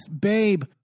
babe